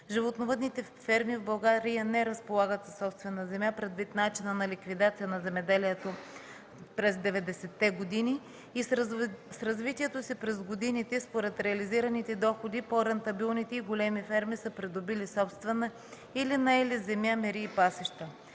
Животновъдните ферми в България не разполагат със собствена земя, предвид начина на ликвидация на земеделието през 90-те години и с развитието си през годините според реализираните доходи по-рентабилните и големи ферми са придобили собственост или наели земя, мери и пасища.